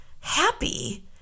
happy